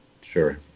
Sure